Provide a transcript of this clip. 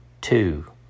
Two